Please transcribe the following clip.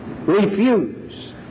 refuse